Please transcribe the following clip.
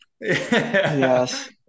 Yes